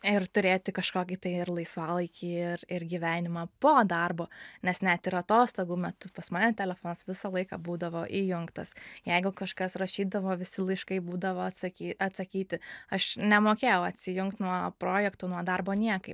ir turėti kažkokį tai ir laisvalaikį ir ir gyvenimą po darbo nes net ir atostogų metu pas mane telefonas visą laiką būdavo įjungtas jeigu kažkas rašydavo visi laiškai būdavo atsaky atsakyti aš nemokėjau atsijungt nuo projektų nuo darbo niekaip